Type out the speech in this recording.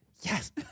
Yes